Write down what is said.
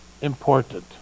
important